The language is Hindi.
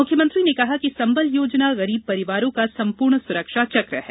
मुख्यमंत्री ने कहा कि संबल योजना गरीब परिवारों का संपूर्ण सुरक्षा चक्र है